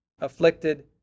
afflicted